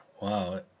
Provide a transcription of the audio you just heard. Wow